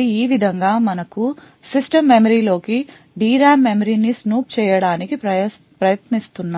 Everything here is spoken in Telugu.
కాబట్టి ఈ విధంగా మనకు సిస్టమ్ మెమరీలో కి DRAM మెమరీని స్నూప్ చేయడానికి ప్రయత్నిస్తున్న